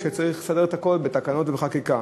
כשצריך לסדר את הכול בתקנות ובחקיקה?